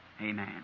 Amen